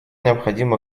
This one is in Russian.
необходимо